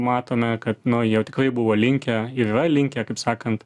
matome kad nu jie tikrai buvo linkę ir yra linkę kaip sakant